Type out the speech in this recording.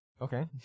okay